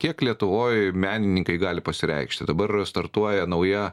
kiek lietuvoj menininkai gali pasireikšti dabar startuoja nauja